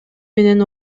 менен